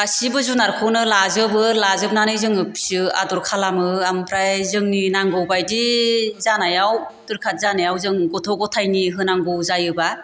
गासिबो जुनारखौनो लाजोबो लाजोबनानै जोङो फियो आदर खालामो आमफ्राय जोंनि नांगौबायदि जानायाव दोरखार जानायाव जों गथ' गथायनि होनांगौ जायोबा